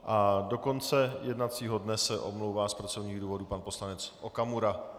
A do konce jednacího dne se omlouvá z pracovních důvodů pan poslanec Okamura.